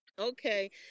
Okay